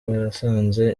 barasanze